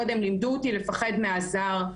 לימדו אותי לפחד מהזר,